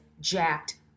jacked